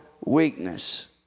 weakness